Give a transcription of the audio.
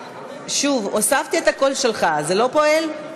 שוב, הוספתי את הקול שלך, זה לא פועל?